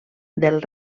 del